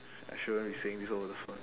I shouldn't be saying this over the phone